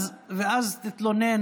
ואז אתה מתלונן